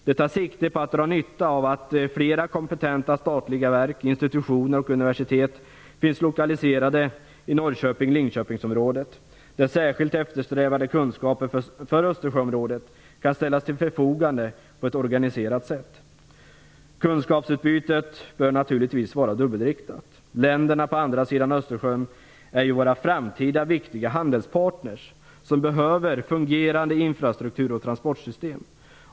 Den tar sikte på att dra nytta av att flera kompetenta statliga verk, institutioner och universitet finns lokaliserade i Norrköping Linköpingsområdet där särskilt eftersträvade kunskaper för Östersjöområdet kan ställas till förfogande på ett organiserat sätt. Kunskapsutbytet bör naturligtvis vara dubbelriktat. Länderna på andra sidan Östersjön är ju våra framtida viktiga handelspartner. De behöver fungerande infrastruktur och transportsystem.